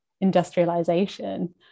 industrialization